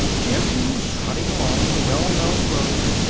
jim was trotting along the well-known road,